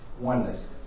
oneness